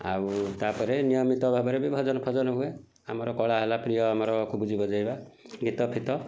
ଆଉ ତାପରେ ନିୟମିତ ଭାବରେ ବି ଭଜନ ଫଜନ ହୁଏ ଆମର କଳା ହେଲା ପ୍ରିୟ ଆମର କୁବୁଜି ବଜେଇବା ଗୀତ ଫିତ